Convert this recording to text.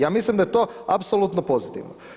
Ja mislim da je to apsolutno pozitivno.